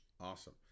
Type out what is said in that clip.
Awesome